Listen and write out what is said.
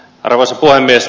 arvoisa puhemies